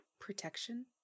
protection